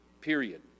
period